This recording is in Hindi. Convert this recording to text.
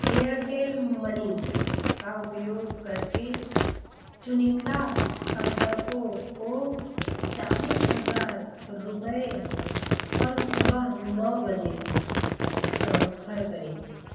एयरटेल मनी का उपयोग करके चुनिंदा संपर्कों को चालीस हज़ार रुपये कल सुबह नौ बजे ट्रांसफ़र करें